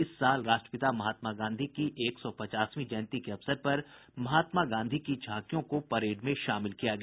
इस साल राष्ट्रपिता महात्मा गांधी की एक सौ पचासवीं जयंती के अवसर पर महात्मा गांधी की झांकियों को परेड में शामिल किया गया